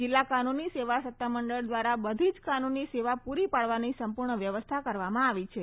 જિલ્લા કાનુની સેવા સત્તામંડળ દ્વારા બધી જ કાનૂની સેવા પૂરી પાડવાની સંપૂર્ણ વ્યવસ્થા કરવામાં આવી છે